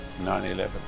9-11